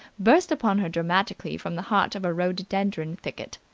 burst upon her dramatically from the heart of a rhododendron thicket.